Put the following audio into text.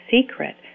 secret